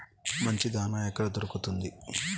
మంచి దాణా ఎక్కడ దొరుకుతుంది?